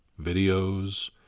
videos